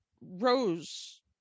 Rose